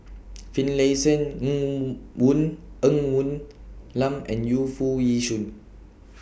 Finlayson Ng Woon Ng Woon Lam and Yu Foo Yee Shoon